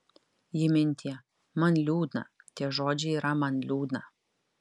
ji mintija man liūdna tie žodžiai yra man liūdna